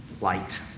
light